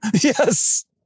Yes